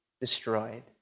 destroyed